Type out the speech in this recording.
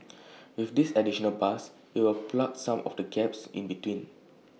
with this additional bus IT will plug some of the gaps in between